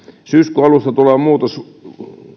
syyskuun alusta tuleva muutos